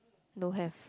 no have